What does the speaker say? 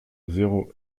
zéro